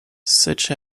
such